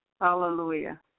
Hallelujah